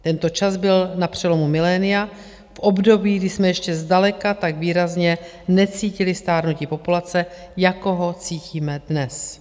Tento čas byl na přelomu milénia, v období, kdy jsme ještě zdaleka tak výrazně necítili stárnutí populace, jako ho cítíme dnes.